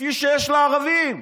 כפי שיש לערבים.